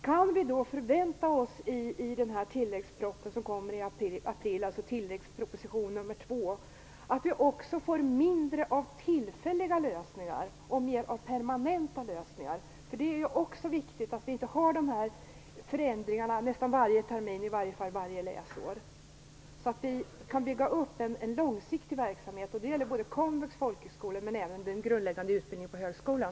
Kan vi förvänta oss att det i tilläggsproposition 2 blir mindre av tillfälliga lösningar och mer av permanenta lösningar? Det är viktigt att det inte sker förändringar nästan varje termin, eller åtminstone varje läsår, så att man skall kunna bygga upp en långsiktig verksamhet. Det gäller komvux, folkhögskolor och den grundläggande utbildningen på högskolan.